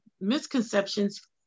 misconceptions